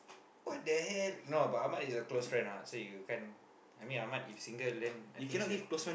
what the hell no but Ahmad is a close friend what so you can I mean Ahmad is single then I think she will